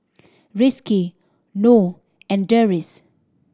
Rizqi Noh and Deris